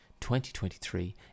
2023